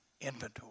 inventory